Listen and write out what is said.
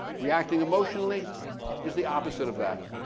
reacting emotionally is the opposite of that.